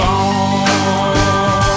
on